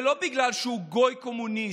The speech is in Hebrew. זה לא בגלל שהוא גוי קומוניסט,